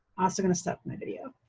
also gonna stop my video.